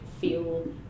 feel